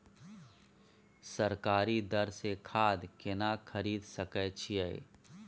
सरकारी दर से खाद केना खरीद सकै छिये?